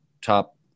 top